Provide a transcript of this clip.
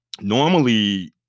normally